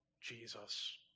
Jesus